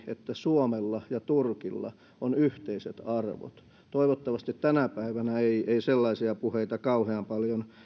että suomella ja turkilla on yhteiset arvot niin toivottavasti tänä päivänä ei sellaisia puheita kauhean paljon